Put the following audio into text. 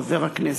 חבר הכנסת?